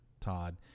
Todd